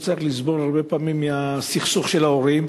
הילד לא צריך לסבול מהסכסוך של ההורים,